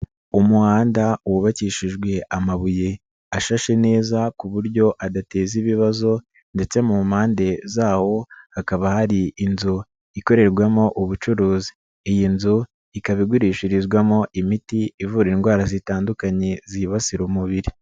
Umuhanda wubakishijwe amabuye ashashe neza ku buryo adateza ibibazo ndetse mu mpande zawo hakaba hari inzu ikorerwamo ubucurukuzi, iyi nzu ikaba igurishirizwamo imiti ivura indwara zitandukanye zibasira umubiri.